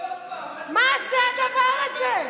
מה זה הדבר הזה?